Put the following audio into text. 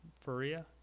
Faria